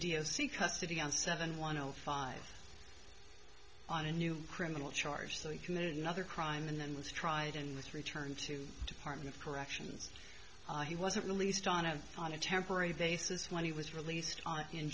s c custody on seven one l five on a new criminal charge so he committed another crime and then was tried and with return to department of corrections he was released on a on a temporary basis when he was released on in